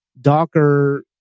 Docker